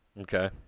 Okay